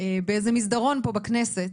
באיזה מסדרון פה בכנסת,